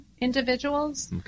individuals